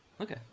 Okay